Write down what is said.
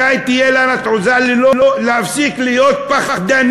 מתי תהיה לנו התעוזה להפסיק להיות פחדנים?